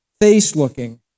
face-looking